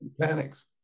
panics